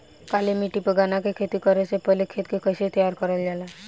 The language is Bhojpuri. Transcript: काली मिट्टी पर गन्ना के खेती करे से पहले खेत के कइसे तैयार करल जाला?